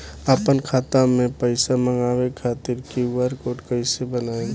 आपन खाता मे पईसा मँगवावे खातिर क्यू.आर कोड कईसे बनाएम?